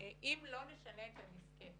אם לא נשנה את הנוסחה